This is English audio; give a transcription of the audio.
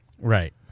Right